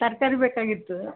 ತರಕಾರಿ ಬೇಕಾಗಿತ್ತು